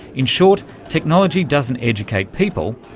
in short, technology doesn't educate people,